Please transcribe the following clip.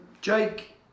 Jake